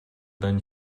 then